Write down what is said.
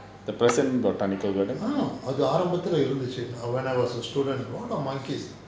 the present botanical garden